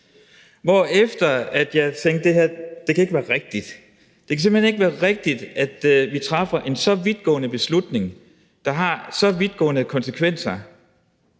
overskriftsform. Så tænkte jeg: Det her kan ikke være rigtigt; det kan simpelt hen ikke være rigtigt, at vi træffer en så vidtgående beslutning, der har så vidtgående konsekvenser,